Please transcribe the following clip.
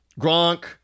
Gronk